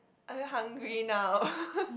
I very hungry now